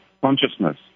consciousness